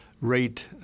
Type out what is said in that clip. rate